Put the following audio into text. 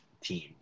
team